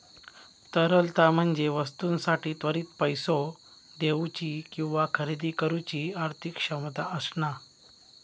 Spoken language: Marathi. तरलता म्हणजे वस्तूंसाठी त्वरित पैसो देउची किंवा खरेदी करुची आर्थिक क्षमता असणा